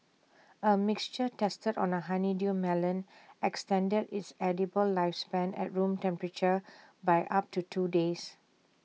A mixture tested on A honeydew melon extended its edible lifespan at room temperature by up to two days